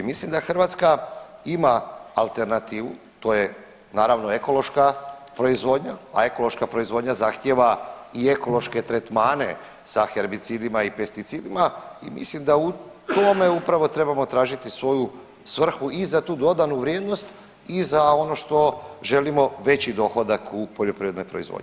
Mislim da Hrvatska ima alternativu, to je naravno ekološka proizvodnja, a ekološka proizvodnja zahtjeva i ekološke tretmane sa herbicidima i pesticidima i mislim da u tome upravo trebamo tražiti svoju svrhu i za tu dodanu vrijednost i za ono što želimo veći dohodak u poljoprivrednoj proizvodnji.